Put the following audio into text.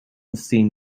esteem